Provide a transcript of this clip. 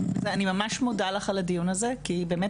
אני ממש מודה לך על הדיון הזה כי אנחנו